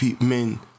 men